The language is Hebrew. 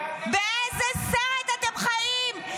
באיזה סרט אתם חיים?